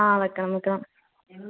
ആ വയ്ക്കണം വയ്ക്കണം